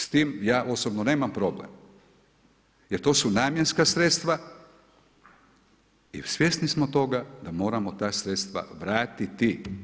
S tim ja osobno nemam problem, jer to su namjenska sredstva i svjesni smo toga da moramo ta sredstva vratiti.